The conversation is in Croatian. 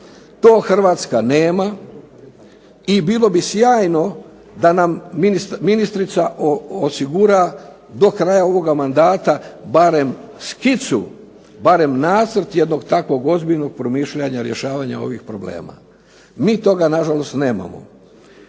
To Hrvatska nema, i bilo bi sjajno da nam ministrica osigura do kraja ovoga mandata barem skicu, barem nacrt jednog takvog ozbiljnog promišljanja, rješavanja ovih problema. MI na žalost toga nemamo.